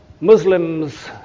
Muslims